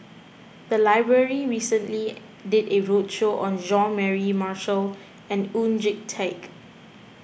the library recently did a roadshow on John Mary Marshall and Oon Jin Teik